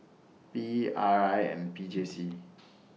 P E R I and P J C